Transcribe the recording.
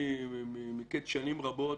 מקץ שנים רבות,